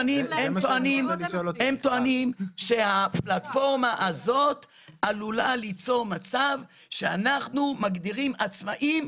הם טוענים שהפלטפורמה הזאת עלולה ליצור מצב שאנחנו מגדירים עצמאים